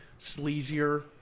sleazier